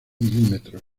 milímetros